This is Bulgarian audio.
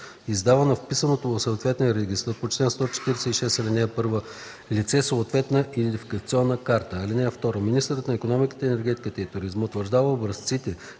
издава на вписаното в съответния регистър по чл. 146, ал. 1 лице съответна идентификационна карта. (2) Министърът на икономиката, енергетиката и туризма утвърждава образците